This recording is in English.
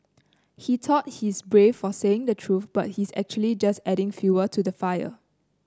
he thought he's brave for saying the truth but he's actually just adding fuel to the fire